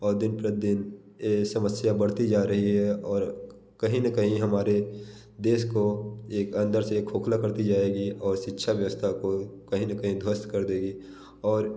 और दिन प्रतिदिन ये समस्या बढ़ती जा रही है औ कहीं ना कहीं हमारे देश को एक अंदर से खोखला करती जा रही है और शिक्षा व्यवस्था को कहीं ना कहीं ध्वस्त कर देगी और